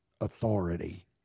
authority